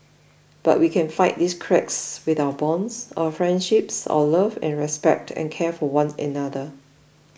but we can fight these cracks with our bonds our friendships our love and respect and care for one another